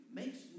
makes